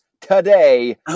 today